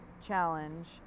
challenge